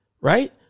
Right